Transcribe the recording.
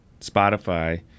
Spotify